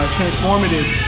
transformative